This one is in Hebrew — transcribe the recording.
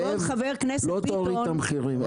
לא תוריד את המחירים.